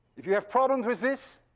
if you have problems with this,